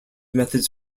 methods